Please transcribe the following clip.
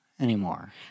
anymore